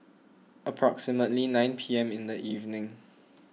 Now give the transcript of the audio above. approximately nine P M in the evening